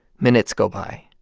minutes go by.